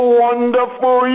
wonderful